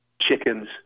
chickens